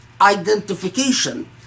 identification